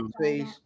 face